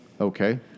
Okay